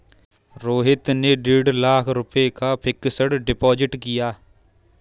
रोहित ने डेढ़ लाख रुपए का फ़िक्स्ड डिपॉज़िट किया